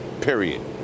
period